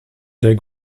der